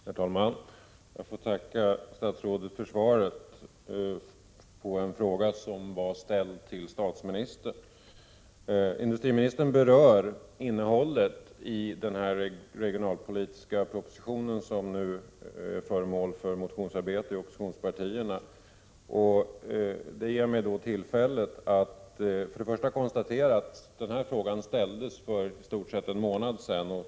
Herr talman! Jag får tacka statsrådet för svaret på en fråga som var ställd till statsministern. Industriministern berör innehållet i den regionalpolitiska proposition som nu är föremål för motionsarbete i oppositionspartierna. Det ger mig tillfälle att konstatera att min fråga ställdes för i stort sett en månad sedan.